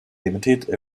limited